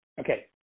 okay